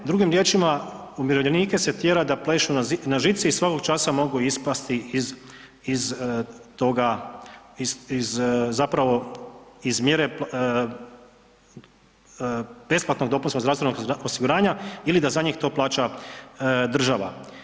Drugim riječima, umirovljenike se tjera da plešu na žici i svakog časa mogu ispasti iz, iz toga, iz zapravo iz mjere besplatnog dopunskog zdravstvenog osiguranja ili da za njih to plaća država.